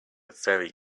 very